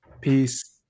Peace